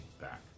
back